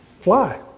fly